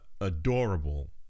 adorable